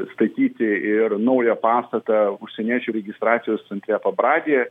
statyti ir naują pastatą užsieniečių registracijos centre pabradėje